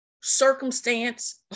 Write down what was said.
circumstance